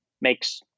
makes